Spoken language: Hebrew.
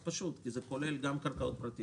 פשוט מאוד: כי התחלות בנייה כוללות גם קרקעות פרטיות,